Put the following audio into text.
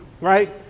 right